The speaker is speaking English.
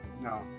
no